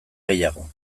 gehiago